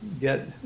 get